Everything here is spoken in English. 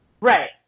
Right